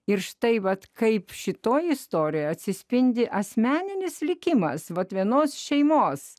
ir štai vat kaip šitoje istorijoje atsispindi asmeninis likimas vat vienos šeimos